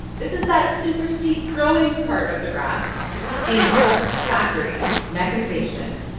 this is that super steep growing part of the graph steam power, factories, mechanization.